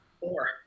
Four